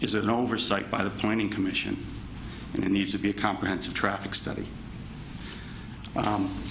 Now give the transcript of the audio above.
is an oversight by the planning commission and it needs to be a comprehensive traffic study